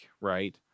right